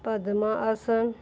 ਪਦਮ ਆਸਨ